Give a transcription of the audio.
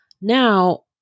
now